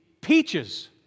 Peaches